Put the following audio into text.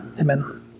Amen